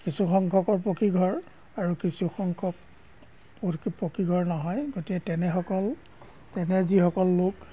কিছু সংখ্যকৰ পকীঘৰ আৰু কিছু সংখ্যক পকী পকীঘৰ নহয় গতিকে তেনেসকল তেনে যিসকল লোক